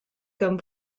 comme